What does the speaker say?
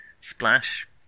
Splash